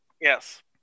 Yes